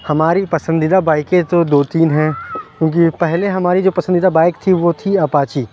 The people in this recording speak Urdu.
ہماری پسندیدہ بائکیں تو دو تین ہیں کیونکہ پہلے ہماری جو پسندیدہ بائک تھی وہ تھی اپاچی